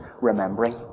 remembering